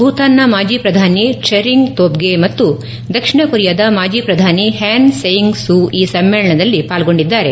ಭೂತಾನ್ನ ಮಾಜಿ ಪ್ರಧಾನಿ ಟೈರಿಂಗ್ ತೋಬ್ಗೆ ಮತ್ತು ದಕ್ಷಿಣ ಕೊರಿಯಾದ ಮಾಜಿ ಪ್ರಧಾನಿ ಪ್ಕಾನ್ ಸೆಯುಂಗ್ ಸೂ ಈ ಸಮ್ಮೇಳನದಲ್ಲಿ ಪಾಲ್ಗೊಂಡಿದ್ದಾರೆ